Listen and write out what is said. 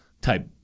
type